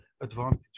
advantage